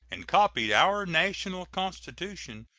and copied our national constitution,